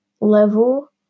level